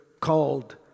called